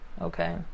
okay